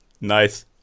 Nice